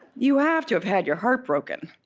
you have to have had your heart broken